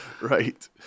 right